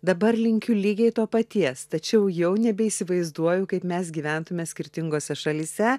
dabar linkiu lygiai to paties tačiau jau nebeįsivaizduoju kaip mes gyventume skirtingose šalyse